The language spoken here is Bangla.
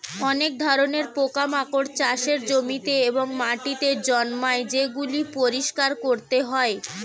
অনেক ধরণের পোকামাকড় চাষের জমিতে এবং মাটিতে জন্মায় যেগুলি পরিষ্কার করতে হয়